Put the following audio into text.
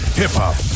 hip-hop